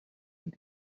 and